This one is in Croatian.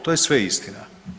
To je sve istina.